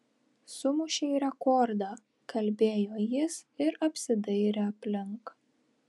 sumušei rekordą kalbėjo jis ir apsidairė aplink